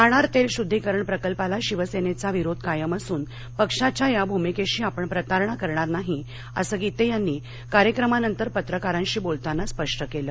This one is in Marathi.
नाणार तेल शुद्धिकरण प्रकल्पाला शिवसेनेचा विरोध कायम असून पक्षाच्या या भूमिकेशी आपण प्रतारणा करणार नाही असं गीते यांनी कार्यक्रमानंतर पत्रकारांशी बोलताना स्पष्ट केलं